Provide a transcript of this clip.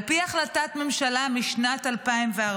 על פי החלטת ממשלה משנת 2014,